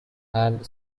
and